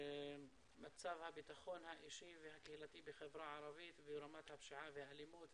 מצב הביטחון האישי והקהילתי בחברה הערבית ורמת הפשיעה והאלימות.